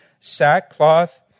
sackcloth